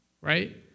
right